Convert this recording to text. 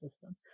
system